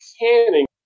canning